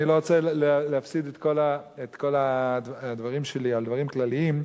אני לא רוצה להפסיד את כל הדברים שלי על דברים כלליים,